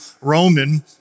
Roman